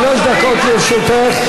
שלוש דקות לרשותך.